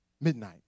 Midnight